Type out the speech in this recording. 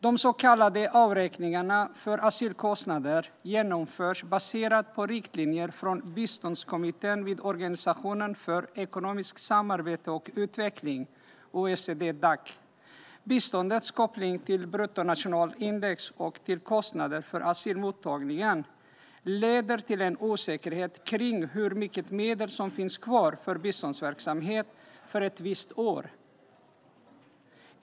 De så kallade avräkningarna för asylkostnader genomförs baserat på riktlinjer från biståndskommittén vid Organisationen för ekonomiskt samarbete och utveckling, OECD-Dac. Biståndets koppling till bruttonationalindex och till kostnaderna för asylmottagningen leder till en osäkerhet kring hur mycket medel som finns kvar för biståndsverksamhet för ett visst år.